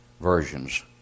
versions